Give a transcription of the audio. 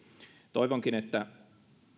toivonkin että